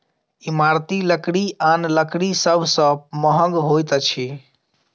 इमारती लकड़ी आन लकड़ी सभ सॅ महग होइत अछि